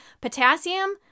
potassium